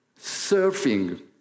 Surfing